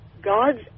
god's